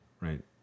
right